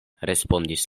respondis